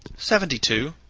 seventy-two.